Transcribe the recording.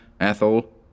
Athol